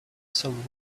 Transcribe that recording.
some